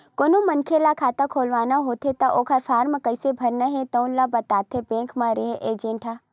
कोनो मनखे ल खाता खोलवाना होथे त ओला फारम कइसे भरना हे तउन ल बताथे बेंक म रेहे एजेंट ह